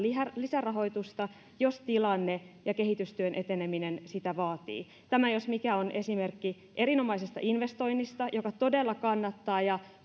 lisärahoitusta jos tilanne ja kehitystyön eteneminen sitä vaativat tämä jos mikä on esimerkki erinomaisesta investoinnista joka todella kannattaa ja